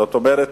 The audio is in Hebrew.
זאת אומרת,